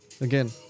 Again